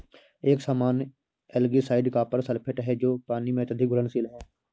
एक सामान्य algicide copper sulphate है जो पानी में अत्यधिक घुलनशील है